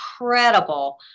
incredible